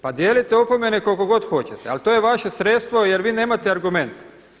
Pa dijelite opomene koliko god hoćete, ali to je vaše sredstvo jer vi nemate argument.